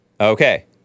Okay